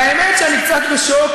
והאמת, אני קצת בשוק,